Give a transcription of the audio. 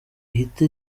ihita